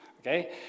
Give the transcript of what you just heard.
Okay